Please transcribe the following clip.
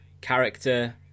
character